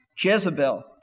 Jezebel